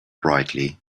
brightly